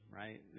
right